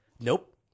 Nope